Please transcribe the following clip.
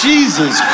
Jesus